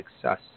success